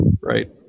right